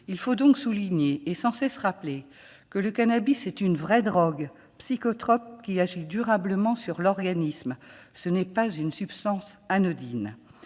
Il faut souligner et sans cesse rappeler que le cannabis est une vraie drogue psychotrope qui agit durablement sur l'organisme : ce n'est pas une substance anodine.